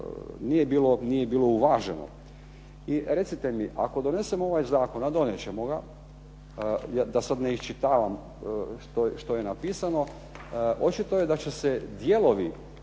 način bilo uvaženo. I recite mi ako donesemo ovaj zakon, a donijet ćemo ga, da sad ne iščitavam što je napisano, očito je da će se dijelovi